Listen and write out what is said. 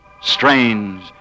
Strange